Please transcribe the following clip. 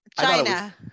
China